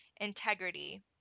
integrity